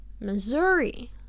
Missouri